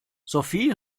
sophie